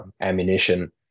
ammunition